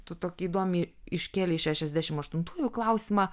tu tokį įdomiai iškėlei šešiasdešimt aštuntųjų klausimą